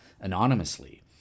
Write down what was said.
anonymously